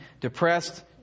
depressed